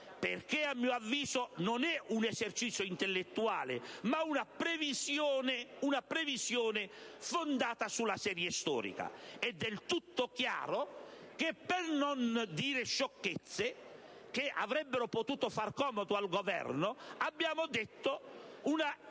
Perché a mio avviso non è un esercizio intellettuale, ma una previsione fondata sulla serie storica. È del tutto chiaro che per non dire sciocchezze, che avrebbero potuto far comodo al Governo, abbiamo fatto una